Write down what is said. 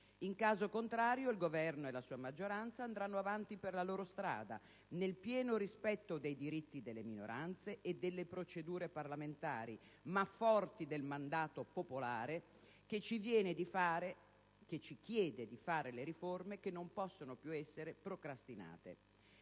In caso contrario, il Governo e la sua maggioranza andranno avanti per la loro strada, nel pieno rispetto dei diritti delle minoranze e delle procedure parlamentari, ma forti del mandato popolare che ci chiede di fare le riforme che non possono più essere procrastinate.